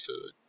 food